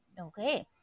Okay